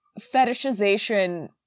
fetishization